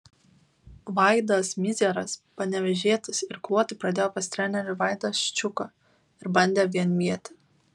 vaidas mizeras panevėžietis irkluoti pradėjo pas trenerį vaidą ščiuką ir bandė vienvietę